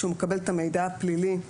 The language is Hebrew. כשהוא מקבל את המידע הפלילי און-ליין.